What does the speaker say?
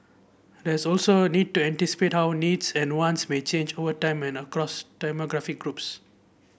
there's also need to anticipate how needs and wants may change over time and across demographic groups